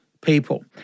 people